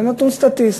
זה נתון סטטיסטי.